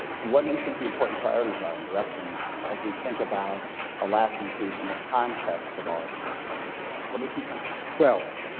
what do you think the important priorities are and directions as we think about a lasting peace in the context of all of the brexit negotiations? what are the key principles? well,